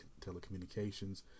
telecommunications